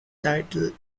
title